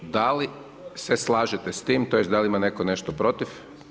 Da li se slažete s tim, to jest da li ima netko nešto protiv?